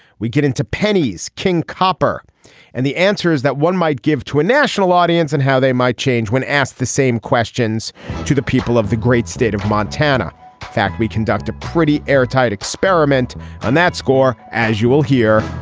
we get into penny's king copper and the answer is that one might give to a national audience and how they might change when asked the same questions to the people of the great state of montana. in fact we conduct a pretty airtight experiment on that score as you will hear.